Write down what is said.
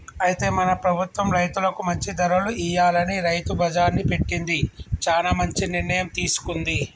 అయితే మన ప్రభుత్వం రైతులకు మంచి ధరలు ఇయ్యాలని రైతు బజార్ని పెట్టింది చానా మంచి నిర్ణయం తీసుకుంది